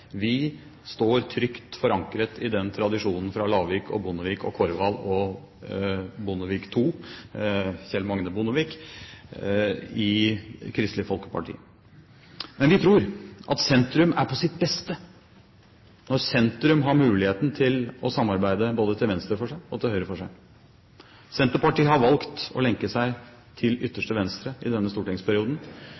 Folkeparti står trygt forankret i tradisjonen fra Lavik, Bondevik, Korvald og Bondevik – Kjell Magne Bondevik. Men vi tror at sentrum er på sitt beste når sentrum har muligheten til å samarbeide både til venstre for seg og til høyre for seg. Senterpartiet har valgt å lenke seg til